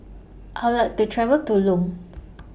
I Would like to travel to Lome